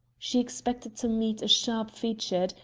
she expected to meet a sharp-featured,